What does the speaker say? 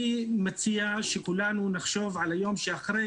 אני מציע שכולנו נחשוב על היום שאחרי,